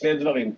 שני דברים.